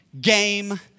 game